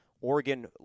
Oregon